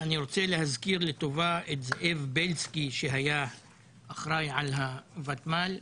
אני רוצה להזכיר לטובה את זאב בילסקי שהיה אחראי על הוותמ"ל.